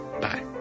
Bye